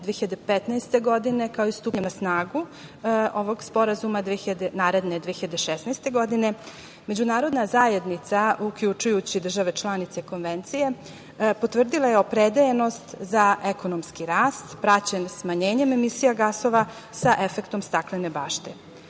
2015. godine, kao i stupanjem na snagu ovog sporazuma naredne, 2016. godine, međunarodna zajednica, uključujući i države članice Konvencije, potvrdila je opredeljenost za ekonomski rast, praćen smanjenjem emisija gasova sa efektom staklene